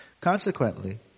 Consequently